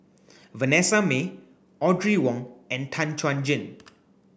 Vanessa Mae Audrey Wong and Tan Chuan Jin